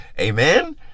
Amen